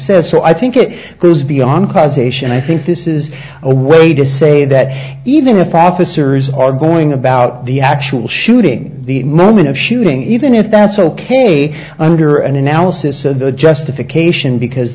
says so i think it goes beyond causation i think this is a way to say that even if officers are going about the actual shooting the moment of shooting even if that's ok under an analysis of the justification because